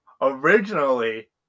Originally